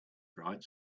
bright